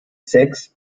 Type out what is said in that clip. sechs